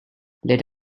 let